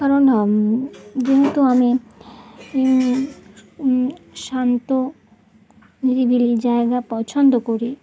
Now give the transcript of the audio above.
কারণ যেহেতু আমি শান্ত নিরিবিলি জায়গা পছন্দ করি